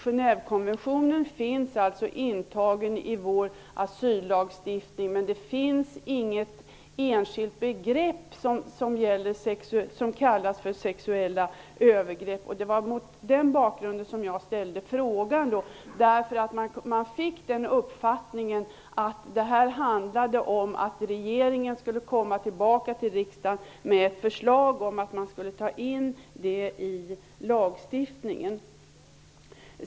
Genèvekonventionen finns intagen i vår asyllagstiftning, men det finns inget enskilt skäl rubricerat sexuella övergrepp, och det var mot den bakgrunden som jag ställde min fråga. Man fick den uppfattningen att regeringen skulle komma tillbaka till riksdagen med ett förslag om att ta in detta i lagstiftningen.